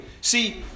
see